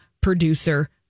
producer